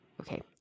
Okay